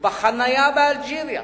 ובחנייה באלג'יריה